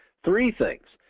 three things.